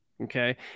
Okay